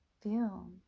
Feel